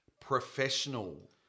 professional